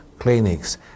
clinics